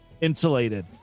insulated